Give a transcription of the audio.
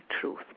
truth